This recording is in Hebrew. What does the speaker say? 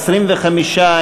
25,